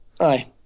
aye